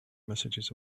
messages